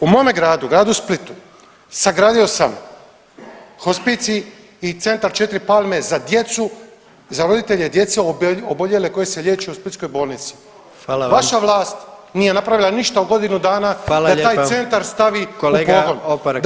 U mome gradu, gradu Splitu sagradio sam hospicij i centar „Četiri palme“ za djecu, za roditelje djece oboljele koje se liječe u splitskoj bolnici [[Upadica predsjednik: Hvala vam.]] Vaša vlast nije napravila ništa u godinu dana da taj centar stavi u pogon.